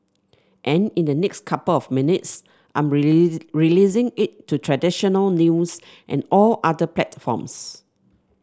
and in the next couple of minutes I'm release releasing it to traditional news and all other platforms